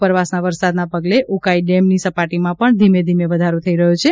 ઉપરવાસના વરસાદના પગલે ઉકાઈ ડેમની સપાટીમાં પણ ધીમે ધીમે વધારો થઈ રહ્યો છે